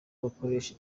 abakoresha